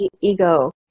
ego